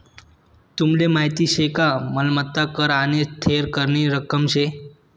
तुमले माहीत शे का मालमत्ता कर आने थेर करनी रक्कम शे